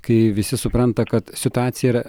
kai visi supranta kad situacija yra